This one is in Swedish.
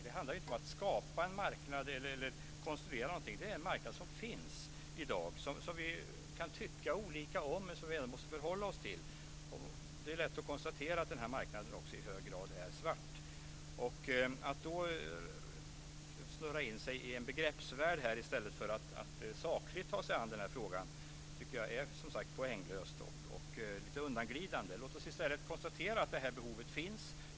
Det handlar inte om att skapa en marknad, utan denna marknad finns i dag. Vi kan ha olika åsikter om detta, men vi måste ändå förhålla oss till det. Det är också lätt att konstatera att denna marknad i hög grad är svart. Jag tycker att det är poänglöst att snurra in sig i en begreppsvärld i stället för att ta sig an frågan på ett sakligt sätt. Det är som sagt poänglöst och lite undanglidande. Låt oss i stället konstatera att behovet finns.